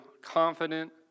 confident